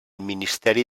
ministeri